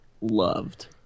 loved